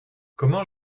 comment